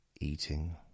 eating